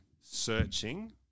searching